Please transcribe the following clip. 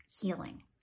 healing